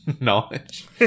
knowledge